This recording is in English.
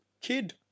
kid